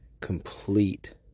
complete